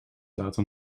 laten